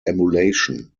emulation